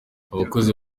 abakozi